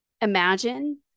imagine